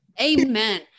Amen